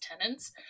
tenants